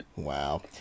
wow